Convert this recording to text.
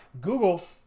Google